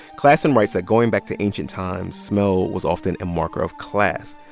classen writes that going back to ancient times, smell was often a marker of class.